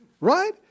right